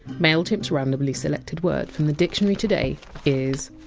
mailchimp! s randomly selected word from the dictionary today is!